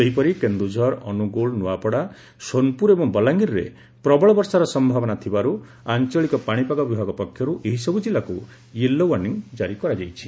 ସେହିପରି କେନୁଝର ଅନୁଗୁଳ ନୂଆପଡା ସୋନପୁର ଏବଂ ବଲାଙ୍ଗୀରରେ ପ୍ରବଳ ବର୍ଷାର ସୟାବନା ଥିବାରୁ ଆଞ୍ଚଳିକ ପାଣିପାଗ ବିଭାଗ ପକ୍ଷରୁ ଏହି ସବୁ ଜିଲ୍ଲାକୁ ୟେଲୋ ଓାର୍ଶ୍ଡିଂ କାରି କରାଯାଇଛି